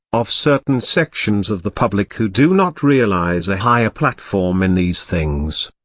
of certain sections of the public who do not realise a higher platform in these things.